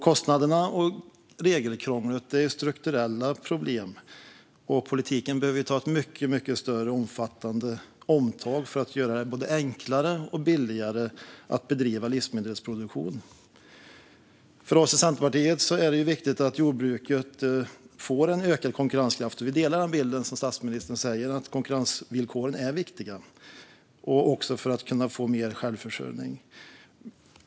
Kostnaderna och regelkrånglet är strukturella problem, och politiken behöver ta ett mycket större och mer omfattande omtag för att göra det både enklare och billigare att bedriva livsmedelsproduktion. För oss i Centerpartiet är det viktigt att jordbruket får en ökad konkurrenskraft, och vi delar statsministerns bild att konkurrensvillkoren är viktiga också för att öka självförsörjningen.